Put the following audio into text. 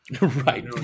Right